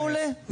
מעולה.